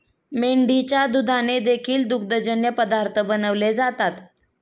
मेंढीच्या दुधाने देखील दुग्धजन्य पदार्थ बनवले जातात